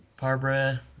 Barbara